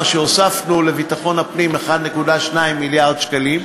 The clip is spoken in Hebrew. שהוספנו לביטחון הפנים 1.2 מיליארד שקלים,